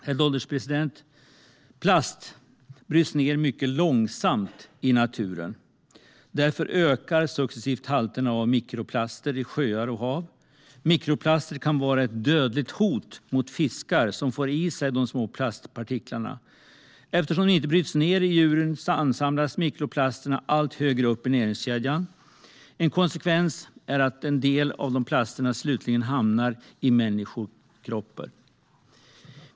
Herr ålderspresident! Plast bryts ned mycket långsamt i naturen. Därför ökar successivt halterna av mikroplaster i sjöar och hav. Mikroplaster kan vara ett dödligt hot mot fiskar som får i sig de små plastpartiklarna. Eftersom de inte bryts ned i djuren ansamlas mikroplasterna allt högre upp i näringskedjan. En konsekvens blir att en del av dessa plaster slutligen hamnar i människornas kroppar.